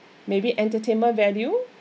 maybe entertainment value